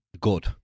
good